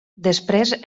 després